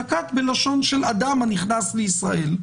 נקט בלשון של "אדם הנכנס לישראל".